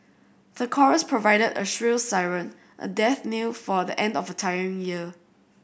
the chorus provided a shrill siren a death knell for the end of a tiring year